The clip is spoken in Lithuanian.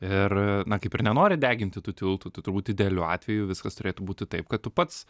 ir na kaip ir nenori deginti tų tiltų tai turbūt idealiu atveju viskas turėtų būti taip kad tu pats